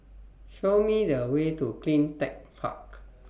Show Me The Way to CleanTech Park